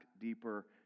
deeper